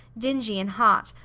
dingy and hot,